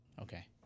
Okay